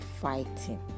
fighting